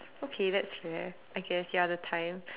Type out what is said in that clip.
okay that's fair I guess ya the time